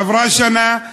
עברה שנה,